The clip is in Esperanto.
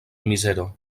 mizero